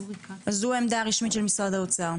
זו העמדה הרשמית של משרד האוצר.